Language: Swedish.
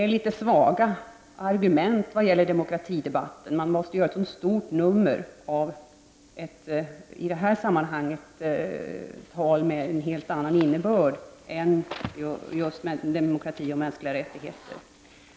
Ni måste ha svaga argument i demokratidebatten när ni gör ett så stort nummer av ett tal med ett helt annat innehåll än frågan om demokrati och mänskliga rättigheter.